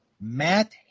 Matt